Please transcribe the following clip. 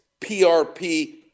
PRP